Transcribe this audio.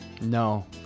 no